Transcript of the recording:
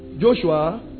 Joshua